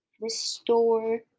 restore